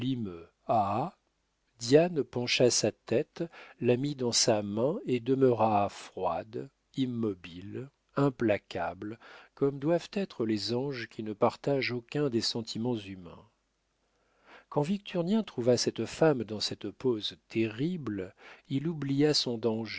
diane pencha sa tête la mit dans sa main et demeura froide immobile implacable comme doivent être les anges qui ne partagent aucun des sentiments humains quand victurnien trouva cette femme dans cette pose terrible il oublia son